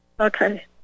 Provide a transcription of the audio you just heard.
Okay